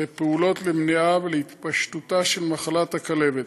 לפעולות למניעתה ולהתפשטותה של מחלת הכלבת.